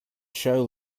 show